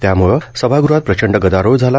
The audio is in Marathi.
त्याम्ळं सभागृहात प्रचंड गदारोळ झाला